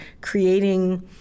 creating